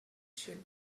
should